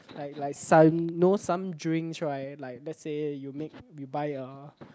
like like son know some drinks right like let's say you make you buy uh